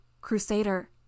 Crusader